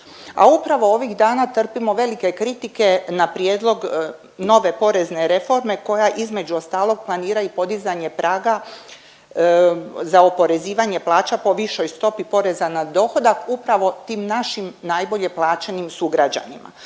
a upravo ovih dana trpimo velike kritike na prijedlog nove porezne reforme koja između ostalog planira i podizanje praga za oporezivanje plaća po višoj stopi poreza na dohodak upravo tim našim najbolje plaćenim sugrađanima.